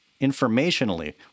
informationally